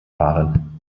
fahren